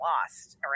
lost